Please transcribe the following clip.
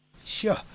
Sure